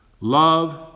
love